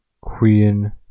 Queen